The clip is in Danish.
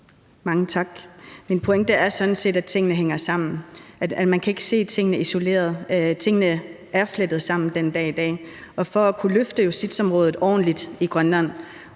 Mange tak. Min pointe er sådan set, at tingene hænger sammen. Man kan ikke se tingene isoleret. Tingene er flettet sammen den dag i dag. For at kunne løfte justitsområdet ordentligt i Grønland